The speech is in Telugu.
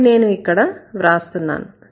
అది నేను ఇక్కడ వ్రాస్తున్నాను